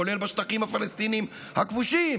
כולל בשטחים הפלסטינים הכבושים,